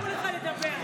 --- שנתנו לך לדבר.